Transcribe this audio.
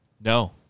No